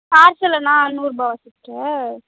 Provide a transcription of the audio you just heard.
பார்சல்னா நூறுரூபாவா சிஸ்டர்